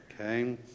Okay